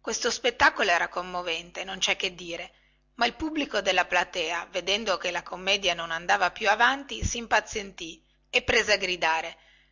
questo spettacolo era commovente non cè che dire ma il pubblico della platea vedendo che la commedia non andava più avanti simpazientì e prese a gridare